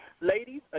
Ladies